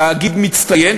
תאגיד מצטיין,